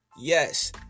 Yes